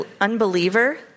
unbeliever